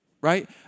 right